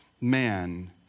man